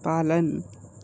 पालन